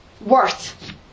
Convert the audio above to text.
worth